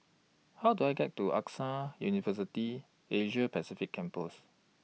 How Do I get to AXA University Asia Pacific Campus